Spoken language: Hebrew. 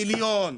מיליון,